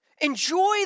Enjoy